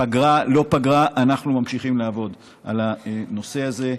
פגרה, לא פגרה, אנחנו ממשיכים לעבוד על הנושא הזה.